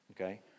Okay